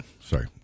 sorry